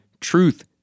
truth